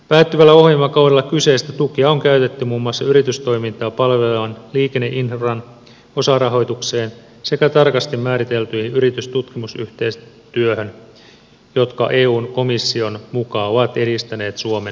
päättyvällä ohjelmakaudella kyseistä tukea on käytetty muun muassa yritystoimintaa palvelevan liikenneinfran osarahoitukseen sekä tarkasti määriteltyyn yritystutkimusyhteistyöhön jotka eun komission mukaan ovat edistäneet suomen kilpailukykyä